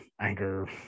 anchor